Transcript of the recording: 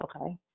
Okay